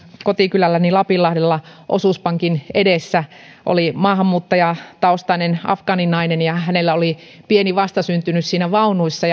kotikylälläni lapinlahdella osuuspankin edessä oli maahanmuuttajataustainen afgaaninainen ja hänellä oli pieni vastasyntynyt vaunuissa